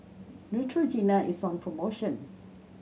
Neutrogena is on promotion